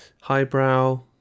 highbrow